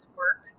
work